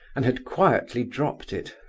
and had quietly dropped it.